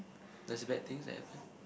does the bad things there happen